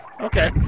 okay